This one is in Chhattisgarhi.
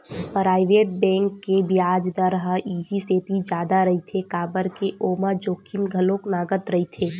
पराइवेट बेंक के बियाज दर ह इहि सेती जादा रहिथे काबर के ओमा जोखिम घलो नँगत रहिथे